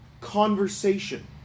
conversation